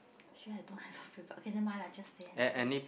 actually I don't have a favourite okay never mind lah just say anything